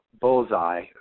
Bullseye